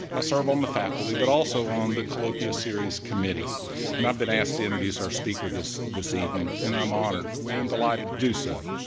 ah serve on the faculty but also on the colloquia series committee and i've been asked to introduce our speaker this this evening and i'm honored and delighted to do so.